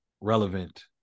relevant